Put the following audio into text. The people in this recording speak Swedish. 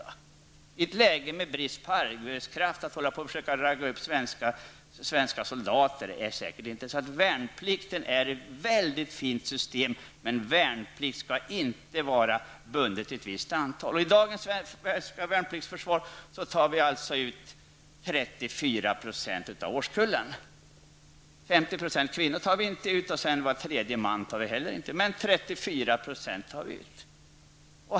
Att i ett läge med brist på arbetskraft försöka ragga upp svenska soldater är inte lätt. Värnpliktssystemet är ett fint system, men värnplikten skall inte vara bunden till ett visst antal. I dagens svenska värnpliktsförsvar tar vi ut 34 % av årskullarna. Kvinnorna tar vi inte ut, och var tredje man tar vi inte heller ut, men 34 % tar vi ut.